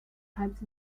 types